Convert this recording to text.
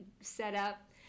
setup